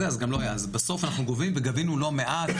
בסוף אנחנו גובים וגבינו לא מעט.